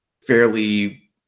fairly